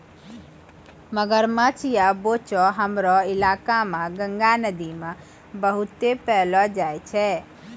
मगरमच्छ या बोचो हमरो इलाका मॅ गंगा नदी मॅ बहुत पैलो जाय छै